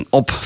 op